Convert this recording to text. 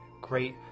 great